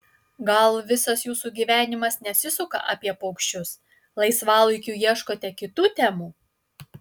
gal visas jūsų gyvenimas nesisuka apie paukščius laisvalaikiu ieškote kitų temų